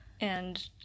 and-